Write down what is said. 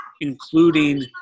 including